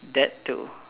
that too